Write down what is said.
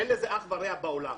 אין לזה אח ורע בעולם.